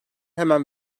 hemen